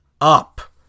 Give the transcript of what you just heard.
up